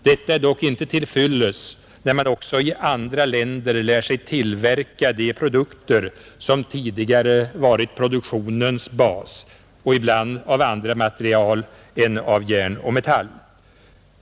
Detta är dock inte till fyllest när man också i andra länder lärt sig tillverka de produkter som varit produktionens bas — ibland av andra material än järn och metall.